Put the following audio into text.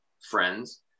friends